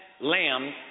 lamb